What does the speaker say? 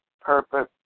purpose